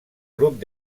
grup